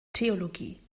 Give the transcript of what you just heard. theologie